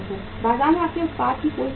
बाजार में आपके उत्पाद की कोई कमी नहीं है